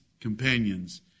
companions